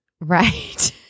right